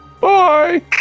Bye